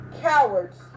cowards